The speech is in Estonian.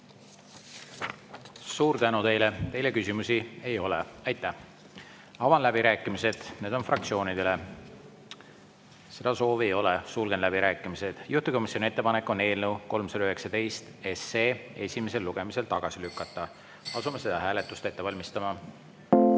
Suur tänu! Teile küsimusi ei ole. Aitäh! Avan läbirääkimised, need on fraktsioonidele. Seda soovi ei ole, sulgen läbirääkimised. Juhtivkomisjoni ettepanek on eelnõu 319 esimesel lugemisel tagasi lükata. Asume seda hääletust ette valmistama. Head